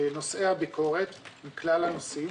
שנושאי הביקורת מכלל הנושאים,